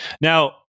Now